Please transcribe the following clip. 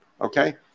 Okay